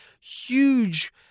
huge